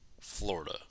Florida